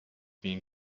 being